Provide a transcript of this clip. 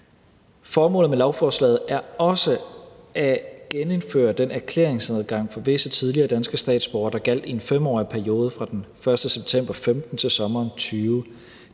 Formålet med lovforslaget er også at genindføre den erklæringsadgang for visse tidligere danske statsborgere, der gjaldt i en 5-årig periode fra den 1. september 2015 til sommeren 2020.